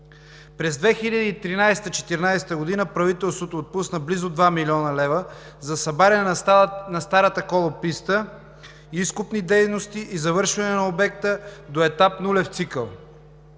През 2013 – 2014 г. правителството отпусна близо 2 млн. лв. за събаряне на старата колописта, изкопни дейности и завършване на обекта до етап нулев цикъл,